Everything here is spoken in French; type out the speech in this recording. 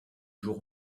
jour